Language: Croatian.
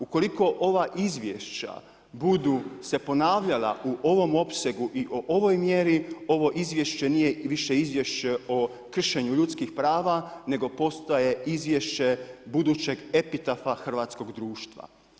Ukoliko ova izvješća budu se ponavljala u ovome opsegu i o ovoj mjeri, ovo izvješće nije više izvješće o kršenju ljudskih prava nego postaje izvješće budućeg epitafa hrvatskog društva.